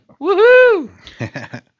Woohoo